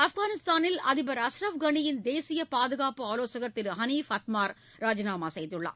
ஆப்கானிஸ்தானில் அதிபர் அஸ்ரஃப் கனியின் தேசிய பாதுகாப்பு ஆலோசகர் திரு ஹளிஃப் அத்மார் ராஜினாமா செய்துள்ளார்